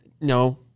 No